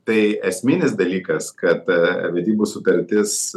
tai esminis dalykas kad vedybų sutartis